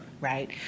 right